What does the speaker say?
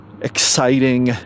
exciting